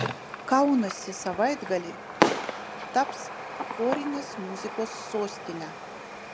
kaunasi savaitgalį taps chorinės muzikos sostine